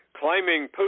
claiming